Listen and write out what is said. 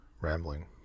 rambling